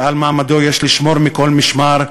שעל מעמדו יש לשמור מכל משמר,